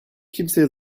kimseye